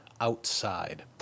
Outside